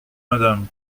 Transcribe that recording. madame